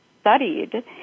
studied